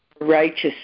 righteous